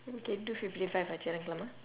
okay two fifty five I check the door ah